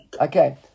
Okay